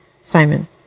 Simon